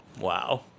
Wow